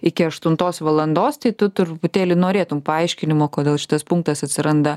iki aštuntos valandos tai tu truputėlį norėtum paaiškinimo kodėl šitas punktas atsiranda